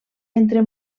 entre